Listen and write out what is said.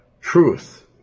truth